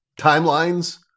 timelines